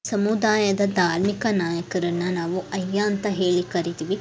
ಸಮುದಾಯದ ಧಾರ್ಮಿಕ ನಾಯಕರನ್ನು ನಾವು ಅಯ್ಯಾ ಅಂತ ಹೇಳಿ ಕರಿತೀವಿ